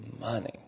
money